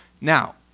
Now